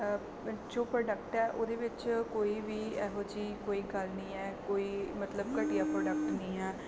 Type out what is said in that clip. ਜੋ ਪ੍ਰੋਡਕਟ ਹੈ ਉਹਦੇ ਵਿੱਚ ਕੋਈ ਵੀ ਇਹੋ ਜਿਹੀ ਕੋਈ ਗੱਲ ਨਹੀਂ ਹੈ ਕੋਈ ਮਤਲਬ ਘਟੀਆ ਪ੍ਰੋਡਕਟ ਨਹੀਂ ਹੈ